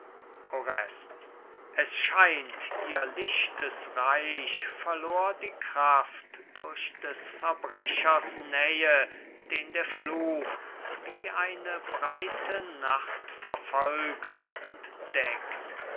es scheint ihr lichtes reich verlor die kraft durch des verbrechers nähe den der fluch wie eine breite nacht verfolgt und deckt